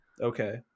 Okay